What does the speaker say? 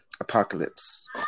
apocalypse